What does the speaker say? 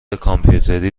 کامپیوتری